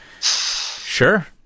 sure